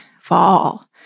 fall